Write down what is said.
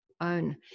own